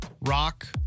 rock